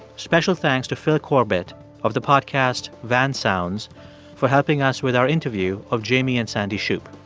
special thanks to fil corbitt of the podcast van sounds for helping us with our interview of jamie and sandy shupe